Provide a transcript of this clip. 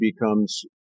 becomes